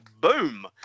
boom